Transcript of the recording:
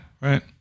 right